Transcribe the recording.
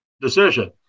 decision